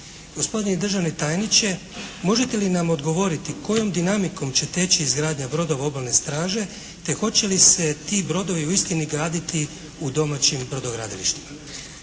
Gospodine državni tajniče! Možete li nam odgovoriti kojom dinamikom će teći izgradnja brodova obalne straže te hoće li se ti brodovi uistini graditi u domaćim brodogradilištima?